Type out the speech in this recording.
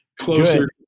closer